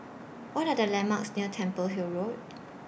What Are The landmarks near Temple Hill Road